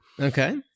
Okay